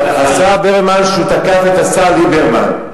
השר ברוורמן, שתקף את השר ליברמן.